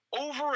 over